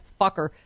fucker